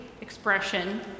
expression